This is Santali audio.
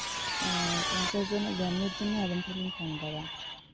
ᱯᱚᱧᱪᱟᱥ ᱡᱚᱱᱟᱜ ᱡᱚᱢ ᱧᱩ ᱡᱚᱱᱱᱚ ᱟᱹᱵᱤᱱ ᱴᱷᱮᱱ ᱞᱤᱧ ᱯᱷᱳᱱ ᱠᱟᱫᱟ